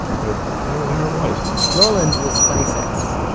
but there there it was roland was twenty six,